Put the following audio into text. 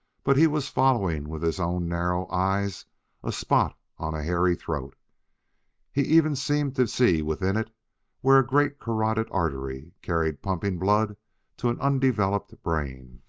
but he was following with his own narrowed eyes a spot on a hairy throat he even seemed to see within it where a great carotid artery carried pumping blood to an undeveloped brain.